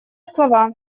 слова